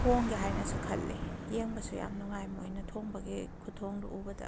ꯊꯣꯡꯒꯦ ꯍꯥꯏꯅꯁꯨ ꯈꯜꯂꯤ ꯌꯦꯡꯕꯁꯨ ꯌꯥꯝ ꯅꯨꯡꯉꯥꯏ ꯃꯣꯏꯅ ꯊꯣꯡꯕꯒꯤ ꯈꯨꯊꯣꯡꯗꯨ ꯎꯕꯗ